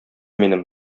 минем